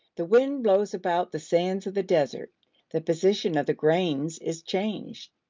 the wind blows about the sands of the desert the position of the grains is changed.